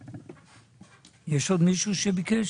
יש עוד מישהו שביקש?